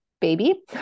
baby